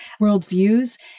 worldviews